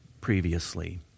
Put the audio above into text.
previously